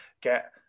get